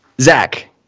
Zach